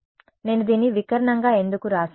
ఓహ్ నేను దీన్ని వికర్ణంగా ఎందుకు వ్రాసాను